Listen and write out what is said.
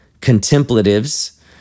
contemplatives